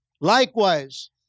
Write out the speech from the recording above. Likewise